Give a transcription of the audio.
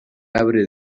abre